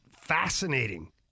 fascinating